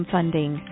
Funding